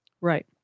Right